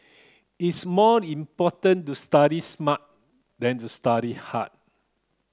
it's more important to study smart than to study hard